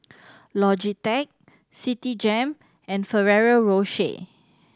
Logitech Citigem and Ferrero Rocher